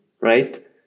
right